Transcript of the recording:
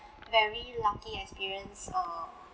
very lucky experience err